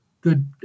good